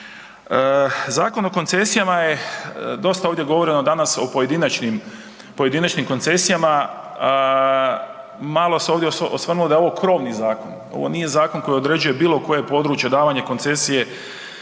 Zakon o koncesijama je, dosta je ovdje govoreno danas o pojedinačnim koncesijama, malo se ovdje osvrnuo da je ovo krovni zakon. Ovo nije zakon koji određuje bilo koje područje, davanje koncesije